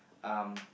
um